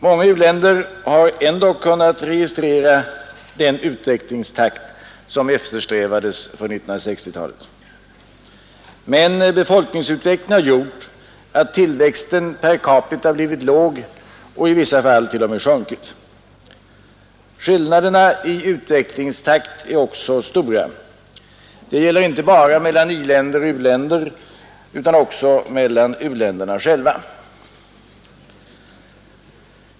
Många u-länder har ändock kunnat registrera den utvecklingstakt som eftersträvades på 1960-talet. Men befolkningsutvecklingen har gjort att tillväxten per capita blivit låg och i vissa fall till och med sjunkit. Skillnaderna i utvecklingstakt är också stora. Detta gäller inte bara mellan i-länder och u-länder utan också mellan u-länderna själva.